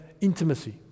intimacy